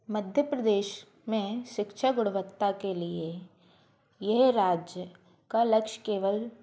मध्य प्रदेश में शिक्षा गुणवत्ता के लिए यह राज्य का लक्ष्य केवल